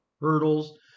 hurdles